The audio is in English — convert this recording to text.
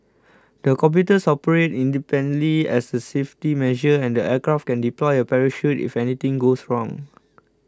the computers operate independently as the safety measure and the aircraft can deploy a parachute if anything goes wrong